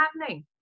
happening